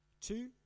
Two